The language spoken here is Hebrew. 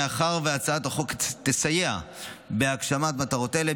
מאחר שהצעת החוק תסייע בהגשמת מטרות אלו,